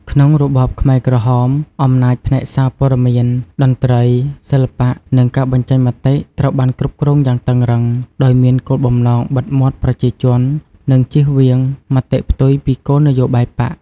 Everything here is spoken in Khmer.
ក្នុងរបបខ្មែរក្រហម អំណាចផ្នែកសារព័ត៌មាន តន្ត្រី សិល្បៈ និងការបញ្ចេញមតិ ត្រូវបានគ្រប់គ្រងយ៉ាងតឹងរឹង ដោយមានគោលបំណងបិទមាត់ប្រជាជន និងជៀសវាងមតិផ្ទុយពីគោលនយោបាយបក្ស។